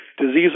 Disease